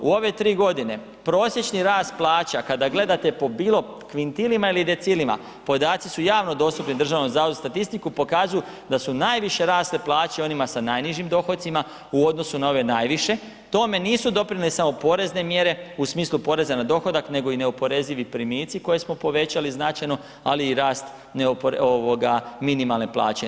U ove tri godine prosječni rast plaća kada gledate po bilo kvintilima ili decilima, podaci su javno dostupni Državnom zavodu za statistiku, pokazuju da su najviše rasle plaće onima sa najnižim dohocima u odnosu na ove najviše, tome nisu doprinijele samo porezne mjere u smislu poreza na dohodak nego i neoporezivi primici koje smo povećali značajno, ali i rast minimalne plaće.